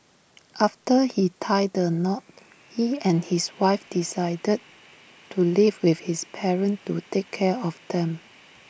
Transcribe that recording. after he tied the knot he and his wife decided to live with his parents to take care of them